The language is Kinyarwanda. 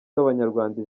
b’abanyarwanda